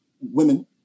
women